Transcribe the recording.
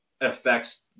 affects